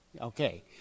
Okay